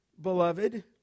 beloved